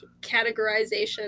categorization